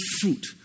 fruit